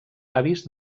avis